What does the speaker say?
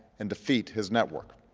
and defeat his network.